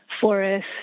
forest